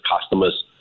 customers